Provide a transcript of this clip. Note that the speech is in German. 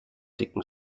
dicken